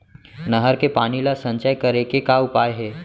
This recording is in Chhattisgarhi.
नहर के पानी ला संचय करे के का उपाय हे?